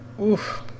oof